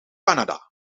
canada